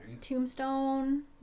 Tombstone